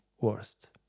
worst